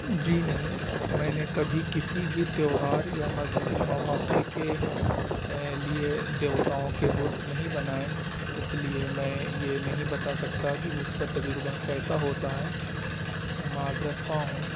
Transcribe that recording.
جی نہیں میں نے کبھی کسی بھی تہوار یا مذہبی مواقع کے لیے دیوتاؤں کے بت نہیں بنائے اس لیے میں یہ نہیں بتا سکتا کہ اس کا تجربہ کیسا ہوتا ہے معذرت خواہ ہوں